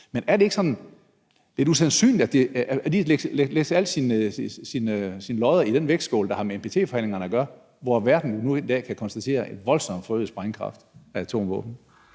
men er det ikke sådan lidt usandsynligt, så man derfor ikke skal lægge alle sine lodder i den vægtskål, der har med NPT-forhandlingerne at gøre, når verden nu i dag kan konstatere en voldsomt forøget sprængkraft i atomvåben?